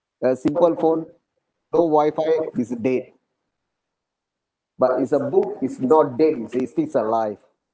a simple phone no wifi is dead but it's a book is not dead you see still alive